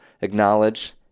acknowledge